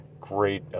great